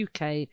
UK